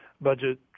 budget